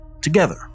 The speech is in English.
Together